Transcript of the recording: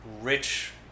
rich